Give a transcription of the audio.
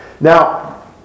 Now